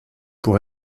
pour